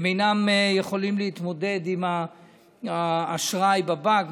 הם אינם יכולים להתמודד עם האשראי בבנק.